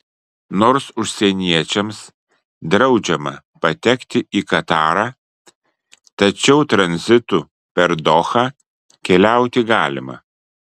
nors užsieniečiams draudžiama patekti į katarą tačiau tranzitu per dohą keliauti galima